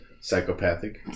psychopathic